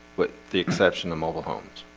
but the exception of mobile homes,